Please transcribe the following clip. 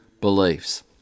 beliefs